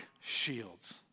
shields